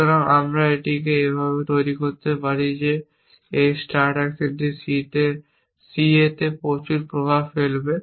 সুতরাং আমরা এটিকে এভাবে তৈরি করতে পারি যে এই স্টার্ট অ্যাকশনটি CA তে প্রভাব ফেলবে